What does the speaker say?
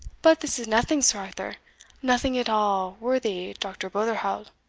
but this is nothing, sir arthur nothing at all, worthy dr. botherhowl